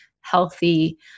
healthy